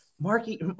Marky